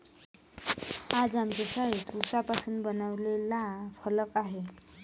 आज आमच्या शाळेत उसापासून बनवलेला फलक आहे